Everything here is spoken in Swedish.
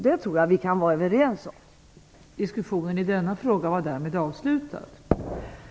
Jag tror att vi kan vara överens om det.